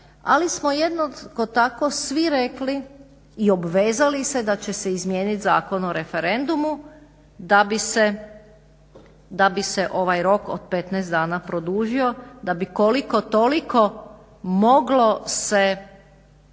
ali smo jednako tako svi rekli i obvezali se da će se izmijenit Zakon o referendumu da bi se ovaj rok od 15 dana produžio, da bi koliko toliko moglo se,